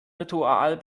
ritual